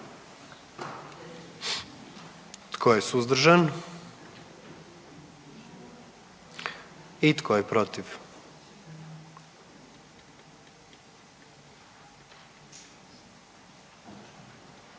Tko je suzdržan? I tko je protiv?